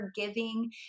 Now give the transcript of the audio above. forgiving